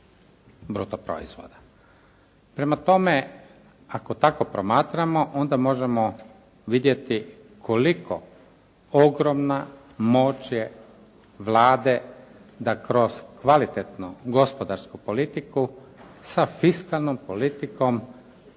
bruto proizvoda. Prema tome, ako tako promatramo onda možemo vidjeti koliko ogromna moć je Vlade da kroz kvalitetnu gospodarsku politiku sa fiskalnom politikom